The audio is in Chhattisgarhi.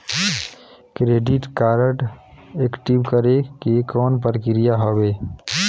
क्रेडिट कारड एक्टिव करे के कौन प्रक्रिया हवे?